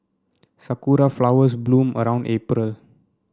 sakura flowers bloom around April